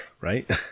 right